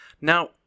Now